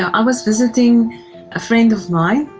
i was visiting a friend of mine,